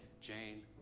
Jane